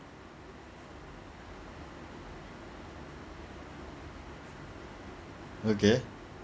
okay